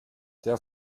der